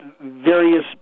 various